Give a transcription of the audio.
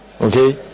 okay